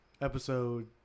episode